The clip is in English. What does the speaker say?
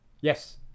Yes